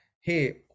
hey